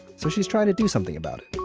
so, she's trying to do something about it